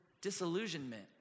disillusionment